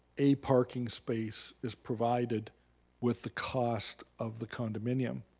a parking space is provided with the cost of the condominium.